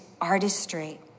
artistry